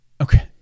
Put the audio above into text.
Okay